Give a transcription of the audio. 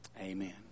Amen